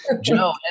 Joe